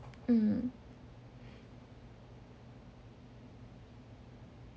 mm